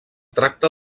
tracta